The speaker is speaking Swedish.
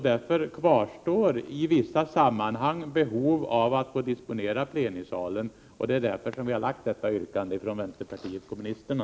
Därför kvarstår i vissa sammanhang behov av att disponera plenisalen, och det är därför vi framlagt detta yrkande från vänsterpartiet kommunisterna.